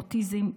אוטיזם,